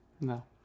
No